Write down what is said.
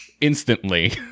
instantly